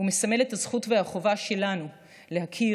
הוא מסמל את הזכות והחובה שלנו להכיר,